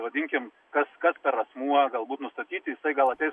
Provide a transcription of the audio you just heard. vadinkim kas kas per asmuo galbūt nusatyti jisai gal ateis